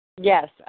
Yes